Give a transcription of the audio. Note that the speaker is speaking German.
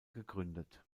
gegründet